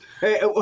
Hey